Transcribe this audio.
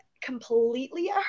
completely